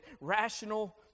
rational